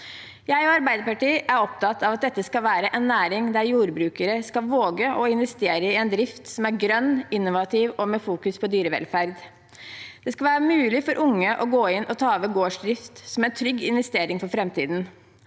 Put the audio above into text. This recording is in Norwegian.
Jeg og Arbeiderpartiet er opptatt av at dette skal være en næring der jordbrukere skal våge å investere i en drift som er grønn, innovativ og med fokus på dyrevelferd. Det skal være mulig for unge å gå inn og ta over gårdsdrift som en trygg investering for framtiden.